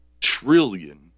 trillion